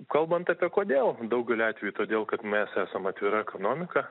kalbant apie kodėl daugeliu atvejų todėl kad mes esam atvira ekonomika